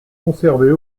conservées